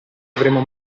avremo